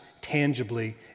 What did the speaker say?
tangibly